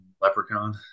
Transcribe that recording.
Leprechaun